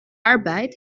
arbeit